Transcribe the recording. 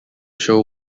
show